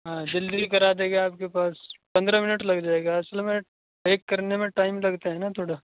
ہاں جلدی کرا دے گا آپ کے پاس پندرہ منٹ لگ جائے گا اصل میں پیک کرنے میں ٹائم لگتا ہے نا تھوڑا